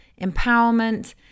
empowerment